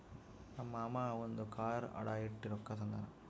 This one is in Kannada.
ನಮ್ ಮಾಮಾ ಅವಂದು ಕಾರ್ ಅಡಾ ಇಟ್ಟಿ ರೊಕ್ಕಾ ತಂದಾನ್